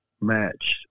match